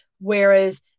Whereas